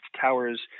towers